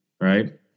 right